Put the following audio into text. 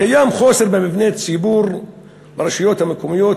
קיים חוסר במבני ציבור ברשויות המקומיות,